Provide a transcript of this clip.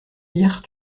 lire